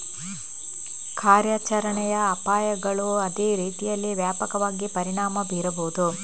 ಕಾರ್ಯಾಚರಣೆಯ ಅಪಾಯಗಳು ಅದೇ ರೀತಿಯಲ್ಲಿ ವ್ಯಾಪಕವಾಗಿ ಪರಿಣಾಮ ಬೀರಬಹುದು